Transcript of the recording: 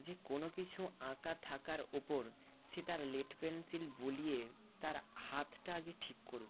যে কোনও কিছু আঁকা থাকার ওপর সে তার লেড পেন্সিল বুলিয়ে তার হাতটা আগে ঠিক করুক